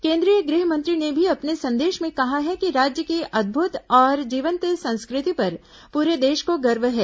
केंद्रीय गृह मंत्री ने भी अपने संदेश में कहा है कि राज्य की अद्भुत और जीवंत संस्कृति पर पूरे देश को गर्व है